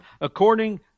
according